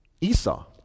Esau